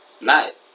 Night